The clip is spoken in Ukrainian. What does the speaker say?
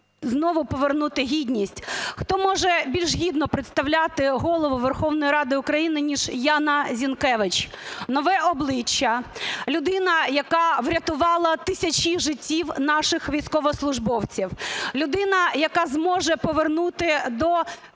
знову повернути гідність. Хто може більш гідно представляти Голову Верховної Ради України ніж Яна Зінкевич. Нове обличчя, людина, яка врятувала тисячі життів наших військовослужбовців. Людина, яка зможе повернути до